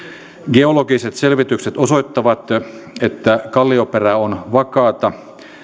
geologiset selvitykset osoittavat että kallioperä on vakaata